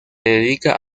dedica